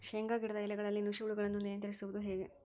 ಶೇಂಗಾ ಗಿಡದ ಎಲೆಗಳಲ್ಲಿ ನುಷಿ ಹುಳುಗಳನ್ನು ನಿಯಂತ್ರಿಸುವುದು ಹೇಗೆ?